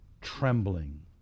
trembling